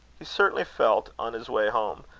he certainly felt, on his way home,